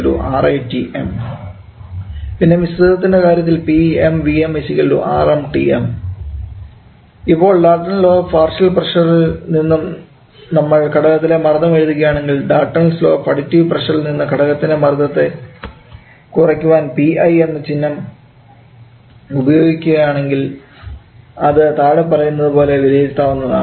PiVi RiTm പിന്നെ മിശ്രിതത്തിൻറെ കാര്യത്തിൽ PmVm RmTm ഇപ്പോൾ ഡാൽറ്റൺസ് ലോ ഓഫ് പാർഷ്യൽ പ്രഷറിൽ നിന്നും നമ്മൾ ഘടകത്തിലെ മർദ്ദം എഴുതുകയാണെങ്കിൽ ഡാൽറ്റൺസ് ലോ ഓഫ് അഡിടീവ് പ്രഷറിൽ നിന്നും ഘടകത്തിൻറെ മർദ്ദത്തിനെ കുറിക്കുവാൻ Pi എന്ന ചിഹ്നം ഉപയോഗിക്കുകയാണെങ്കിൽ അത് താഴെ പറയുന്നതു പോലെ വിലയിരുത്താവുന്നതാണ്